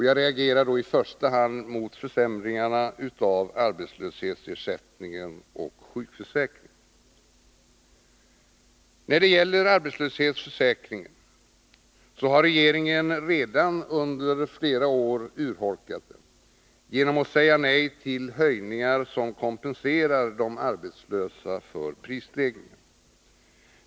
Jag reagerar i första hand mot försämringarna i arbetslöshetsersättningen och sjukförsäkringen. Under flera år har regeringen nu urholkat arbetslöshetsförsäkringen genom att säga nej till höjningar som kompenserar de arbetslösa för prisstegringarna.